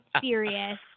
serious